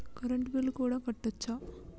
Current bill కూడా కట్టొచ్చా?